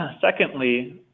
Secondly